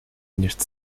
neste